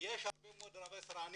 יש הרבה מאוד רבי סרנים